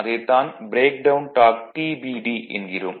அதைத் தான் breakdown torque TBD என்கிறோம்